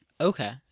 Okay